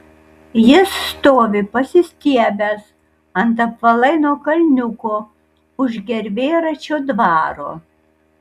jis stovi pasistiebęs ant apvalaino kalniuko už gervėračio dvaro